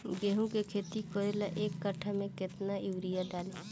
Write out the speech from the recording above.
गेहूं के खेती करे ला एक काठा में केतना युरीयाँ डाली?